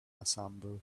ensemble